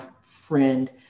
friend